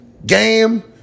Game